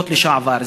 חשוכות לשעבר.